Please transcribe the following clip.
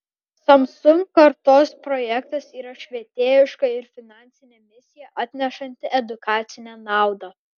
samsung kartos projektas yra švietėjiška ir finansinė misija atnešanti edukacinę naudą